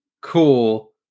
Cool